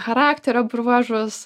charakterio bruožus